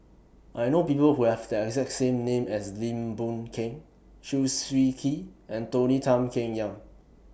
I know People Who Have The exact name as Lim Boon Keng Chew Swee Kee and Tony Tan Keng Yam